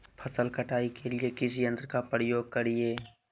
फसल कटाई के लिए किस यंत्र का प्रयोग करिये?